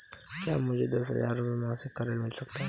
क्या मुझे दस हजार रुपये मासिक का ऋण मिल सकता है?